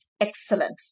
Excellent